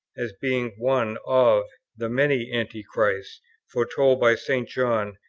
as being one of the many antichrists foretold by st. john,